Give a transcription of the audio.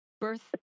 Birth